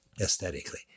Aesthetically